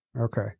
Okay